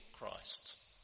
Christ